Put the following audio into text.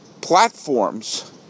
platforms